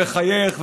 שמחייך,